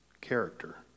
character